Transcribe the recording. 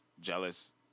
jealous